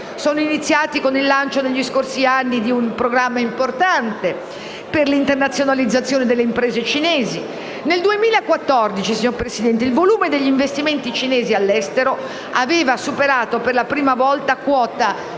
Sono iniziati con il lancio negli scorsi anni di un programma importante per l'internazionalizzazione delle imprese cinesi. Nel 2014, signor Presidente, il volume degli investimenti cinesi all'estero aveva superato per la prima volta quota cento